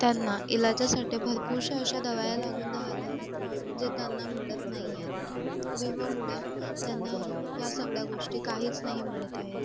त्यांना इलाजासाठी भरपूर अशा दवाया लागून राहिल्या आहेत जे त्यांना मिळत नाहियेत विम्यामुळे त्यांना या सगळ्या गोष्टी काहीच नाही मिळत आहेत